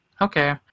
Okay